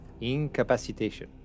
Incapacitation